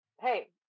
Hey